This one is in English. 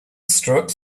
strokes